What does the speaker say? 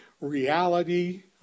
reality